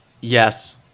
Yes